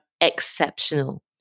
exceptional